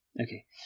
okay